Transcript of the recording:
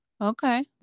Okay